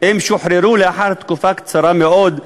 הם שוחררו לאחר תקופה קצרה מאוד,